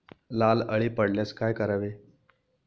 लाल अळी पडल्यास काय करावे?